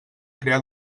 crear